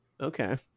okay